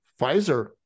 Pfizer